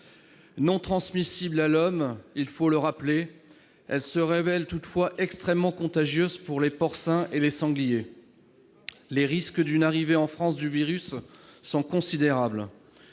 Non transmissible à l'homme- il faut le rappeler -, la maladie se révèle toutefois extrêmement contagieuse pour les porcins et les sangliers. Les risques d'une entrée en France du virus sont considérables,